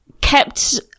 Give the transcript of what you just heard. kept